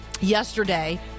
yesterday